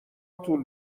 طول